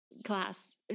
class